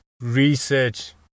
research